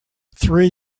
three